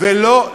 ואני